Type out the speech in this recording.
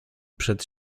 przed